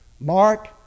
Mark